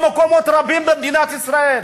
במקומות רבים במדינת ישראל?